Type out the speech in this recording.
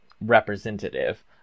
representative